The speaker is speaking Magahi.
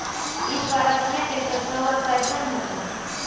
इस बार अपने के सरसोबा कैसन हकन?